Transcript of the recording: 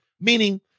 Meaning